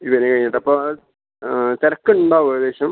ഇതിന് ഇതപ്പം തിരക്കുണ്ടാവോ ഏകദേശം